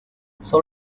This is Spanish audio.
son